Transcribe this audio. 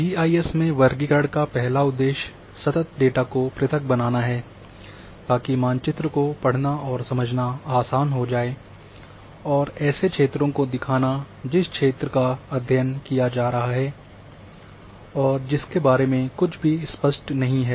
ji I S में वर्गीकरण का पहला उद्देश्य सतत डेटा को पृथक बनाना है ताकि मानचित्र को पढ़ना और समझना आसान हो जाए और ऐसे क्षेत्रों को दिखाना जिस क्षेत्र का अध्ययन किया जा रहा है और जिसके बारे में कुछ भी स्पष्ट नहीं है